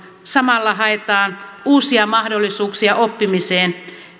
samalla haetaan uusia mahdollisuuksia oppimiseen